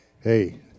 hey